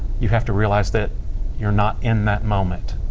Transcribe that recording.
you have to realize that you're not in that moment